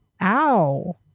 Ow